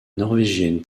norvégienne